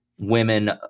women